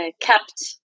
kept